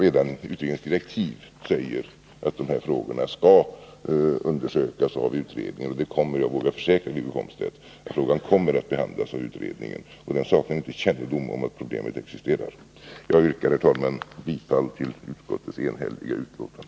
Enligt utredningens direktiv skall de här frågorna undersökas, och jag vågar försäkra Wiggo Komstedt att spörsmålet kommer att behandlas av utredningen. Det saknas inte kännedom om att problemet existerar. Herr talman! Jag yrkar bifall till utskottets enhälliga hemställan.